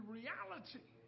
reality